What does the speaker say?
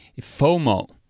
FOMO